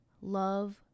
Love